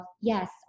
yes